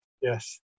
Yes